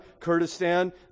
Kurdistan